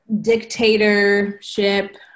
dictatorship